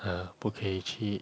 uh 不可以去